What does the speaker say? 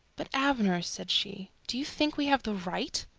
but, abner, said she, do you think we have the right?